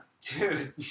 Dude